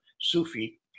Sufi